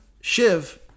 Shiv